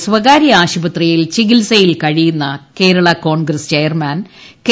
മാണി സ്വകാര്യ ആശുപത്രിയിൽ ചികിത്സയിൽ കഴിയുന്ന Kerala Congress M chairman K